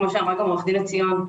כמו שאמרה עורכת הדין גלי עציון.